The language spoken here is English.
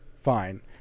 fine